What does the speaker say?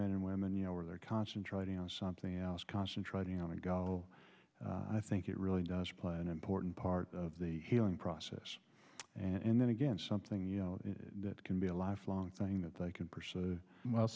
men and women you know are they're concentrating on something else concentrating on a go i think it really does play an important part of the healing process and then again something you know that can be a lifelong thing that they can pursue well